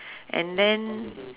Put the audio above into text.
and then